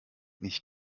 nicht